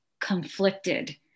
conflicted